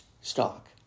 stock